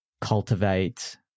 cultivate